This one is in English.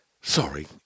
Sorry